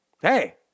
Hey